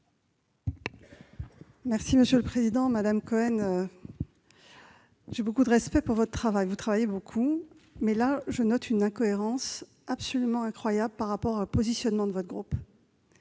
du Gouvernement ? Madame Cohen, j'ai beaucoup de respect pour votre travail. Vous travaillez beaucoup, mais, là, je note une incohérence absolument incroyable par rapport au positionnement de votre groupe.